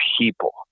people